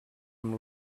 amb